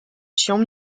чем